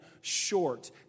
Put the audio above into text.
short